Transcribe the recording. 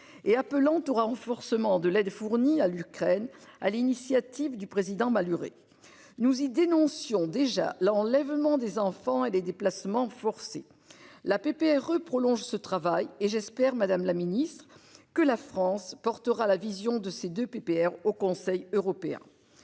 et appelant auras renforcement de l'aide fournie à l'Ukraine à l'initiative du président Maluret nous y'dénoncions déjà l'enlèvement des enfants et des déplacements forcés la PP reprolonge prolonge ce travail et j'espère Madame la Ministre que la France portera la vision de ces de PPR au Conseil européen.